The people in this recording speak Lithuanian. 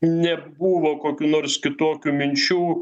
nebuvo kokių nors kitokių minčių